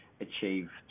achieve